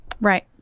Right